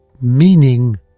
meaning